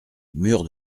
mur